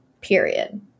period